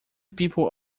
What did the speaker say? people